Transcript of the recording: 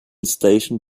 station